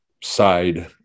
side